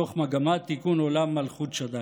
מתוך מגמת תיקון עולם מלכות שדי.